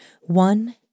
one